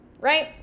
right